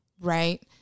Right